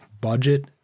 budget